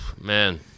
Man